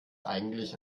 eigentlich